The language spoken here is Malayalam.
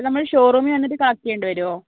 നമ്മൾ ഷോറൂമിൽ വന്നിട്ട് കളക്ട് ചെയ്യേണ്ടി വരുമോ